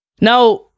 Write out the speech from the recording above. Now